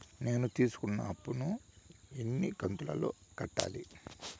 నేను తీసుకున్న అప్పు ను ఎన్ని కంతులలో కట్టాలి?